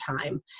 time